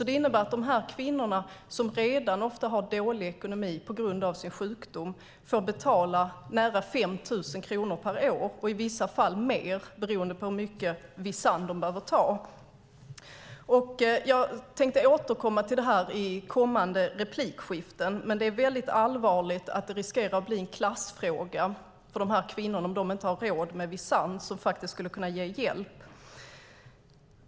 Det innebär att dessa kvinnor, som redan ofta har dålig ekonomi på grund av sin sjukdom, får betala nära 5 000 kronor per år och i vissa fall mer beroende på hur mycket Visanne de behöver ta. Jag tänkte återkomma till det här i kommande inlägg. Det är väldigt allvarligt att det riskerar att bli en klassfråga för dessa kvinnor om de inte har råd med Visanne, som skulle kunna ge hjälp.